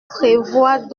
prévoit